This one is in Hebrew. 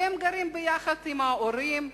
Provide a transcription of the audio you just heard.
וחלק גרים עם ההורים,